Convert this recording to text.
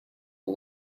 all